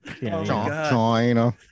China